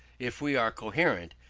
if we are coherent,